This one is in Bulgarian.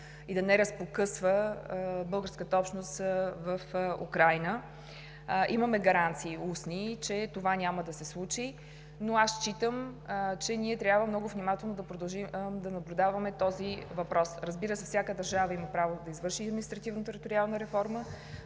и да не разпокъсва българската общност в Украйна. Имаме устни гаранции, че това няма да се случи, но аз считам, че ние трябва много внимателно да продължим да наблюдаваме този въпрос. Разбира се, всяка държава има право да извърши административно териториална реформа,